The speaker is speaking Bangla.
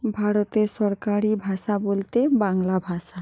ভারতের সরকারি ভাষা বলতে বাংলা ভাষা